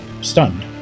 Stunned